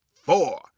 four